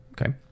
Okay